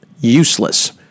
useless